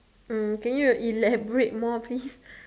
uh can you elaborate more please